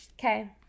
Okay